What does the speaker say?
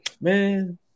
Man